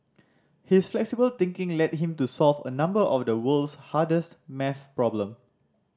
his flexible thinking led him to solve a number of the world's hardest maths problem